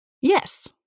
Yes